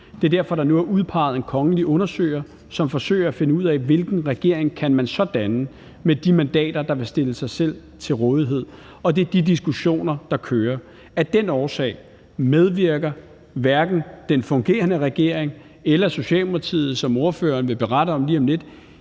Det er derfor, der nu er udpeget en kongelig undersøger, som forsøger at finde ud af, hvilken regering man så kan danne med de mandater, der vil stille sig til rådighed. Det er de diskussioner, der kører. Af den årsag medvirker hverken den fungerende regering eller Socialdemokratiet, hvilket ordføreren vil berette om lige om lidt,